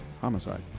homicide